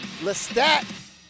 Lestat